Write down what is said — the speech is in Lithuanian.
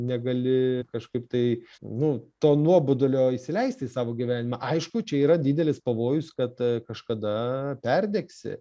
negali kažkaip tai nu to nuobodulio įsileisti į savo gyvenimą aišku čia yra didelis pavojus kad kažkada perdegsi